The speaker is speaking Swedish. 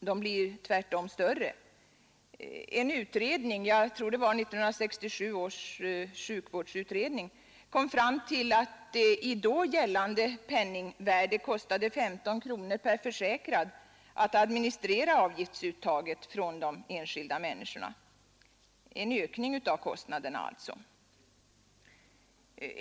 De blir tvärtom större. En utredning, jag tror att det var 1967 års sjukvårdsutredning, kom fram till att det i då gällande penningvärde kostade 15 kronor per försäkrad att administrera avgiftsuttaget från de enskilda människorna. En ökning av kostnaderna alltså.